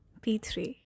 P3